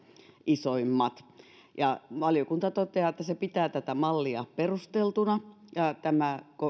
isoimmat valiokunta toteaa että se pitää tätä mallia perusteltuna tämä